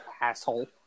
asshole